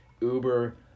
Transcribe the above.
Uber